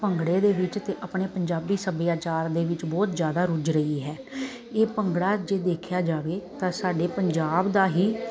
ਭੰਗੜੇ ਦੇ ਵਿੱਚ ਤੇ ਆਪਣੇ ਪੰਜਾਬੀ ਸੱਭਿਆਚਾਰ ਦੇ ਵਿੱਚ ਬਹੁਤ ਜਿਆਦਾ ਰੁੱਝ ਰਹੀ ਹੈ ਇਹ ਭੰਗੜਾ ਜੇ ਦੇਖਿਆ ਜਾਵੇ ਤਾਂ ਸਾਡੇ ਪੰਜਾਬ ਦਾ ਹੀ